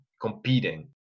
competing